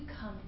come